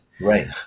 Right